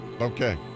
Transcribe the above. Okay